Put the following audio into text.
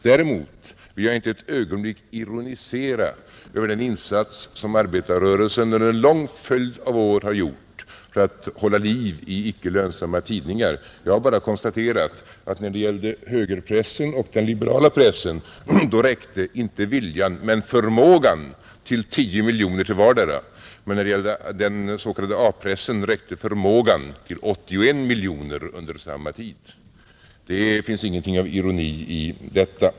Däremot vill jag inte ett ögonblick ironisera över den insats som arbetarrörelsen under en lång följd av år har gjort för att hålla liv i icke lönsamma tidningar. Jag har bara konstaterat att när det gällde högerpressen och den liberala pressen räckte inte viljan men förmågan till 10 miljoner kronor till vardera. Men när det gäller den s.k. A-pressen räckte förmågan till 81 miljoner kronor under samma tid. Det finns ingenting av ironi i detta.